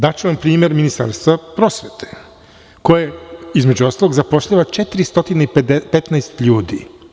Daću vam primer Ministarstva prosvete koje, između ostalog, zapošljava 415 ljudi.